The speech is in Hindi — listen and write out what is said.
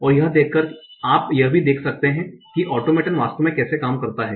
और यह देखकर कि आप यह भी देख सकते हैं कि ऑटोमेटन वास्तव में कैसे काम करता है